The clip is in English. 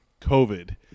COVID